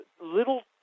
little